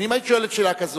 אם היתה שאלה כזאת,